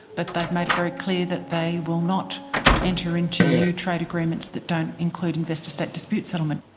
but they've made it very clear that they will not enter into new trade agreements that don't include investor state dispute settlement.